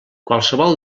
qualsevol